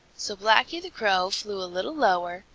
so blacky the crow flew a little lower,